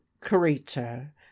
creature